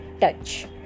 touch